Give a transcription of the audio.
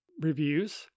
reviews